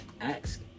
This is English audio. ask